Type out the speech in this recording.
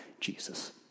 Jesus